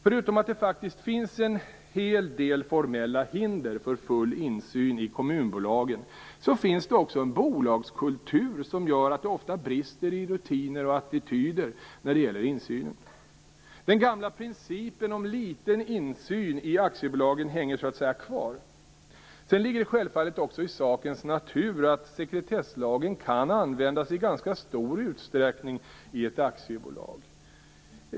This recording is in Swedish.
Förutom att det faktiskt finns en del formella hinder för full insyn i kommunbolagen finns det också en bolagskultur som gör att det ofta brister i rutiner och attityder när det gäller insynen. Den gamla principen om liten insyn i aktiebolagen hänger så att säga kvar. Sedan ligger det självfallet också i sakens natur att sekretesslagen kan användas i ganska stor utsträckning i ett aktiebolag.